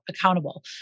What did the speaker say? accountable